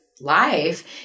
life